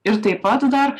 ir taip pat dar